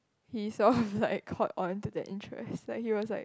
he sort of like caught onto that interest like he was like